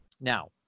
Now